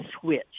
switch